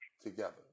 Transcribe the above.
together